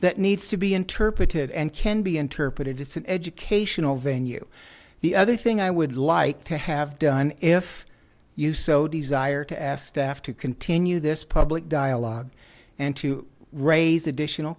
that needs to be interpreted and can be interpreted as an educational venue the other thing i would like to have done if you so desire to ask staff to continue this public dialogue and to raise additional